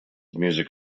music